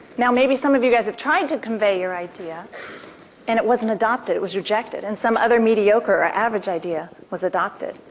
now, maybe some of you guys have tried to convey your idea and it wasn't adopted, it was rejected, and some other mediocre or average idea was adopted.